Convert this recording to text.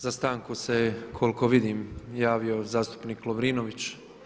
Za stanku se koliko vidim javio zastupnik Lovrinović.